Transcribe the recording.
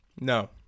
No